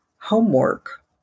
homework